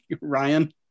ryan